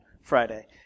Friday